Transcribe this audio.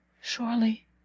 surely